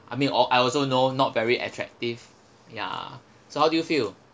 I mean all I also know not very attractive ya so how do you feel